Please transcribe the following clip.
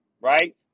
right